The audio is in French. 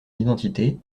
identité